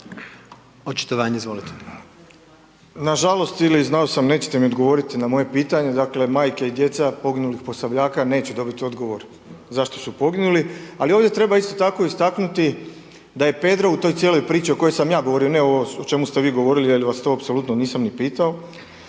Nažalost ili znao sam nećete mi odgovorit na moje pitanje, dakle majke i djeca poginulih Posavljaka neće dobiti odgovor zašto su poginuli, ali ovdje treba isto tako istaknuti da je pedro u toj cijeloj priči o kojoj sam ja govorio, ne ovo o čemu ste vi govorili jel vas to apsolutno nisam ni pitao,